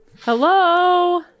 Hello